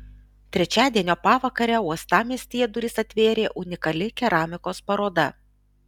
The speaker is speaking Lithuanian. trečiadienio pavakarę uostamiestyje duris atvėrė unikali keramikos paroda